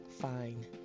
Fine